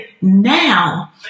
now